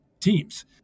teams